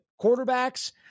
Quarterbacks